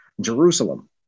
Jerusalem